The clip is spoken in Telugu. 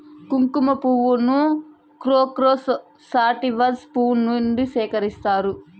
కుంకుమ పువ్వును క్రోకస్ సాటివస్ పువ్వు నుండి సేకరిస్తారు